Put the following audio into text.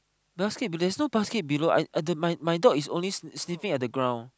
basket but there's no basket below my job is only sniffing at the ground